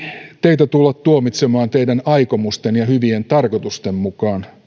teitä tulla tuomitsemaan teidän aikomustenne ja hyvien tarkoitustenne